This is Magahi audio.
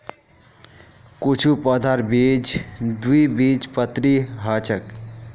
कुछू पौधार बीज द्विबीजपत्री ह छेक